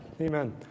amen